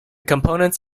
components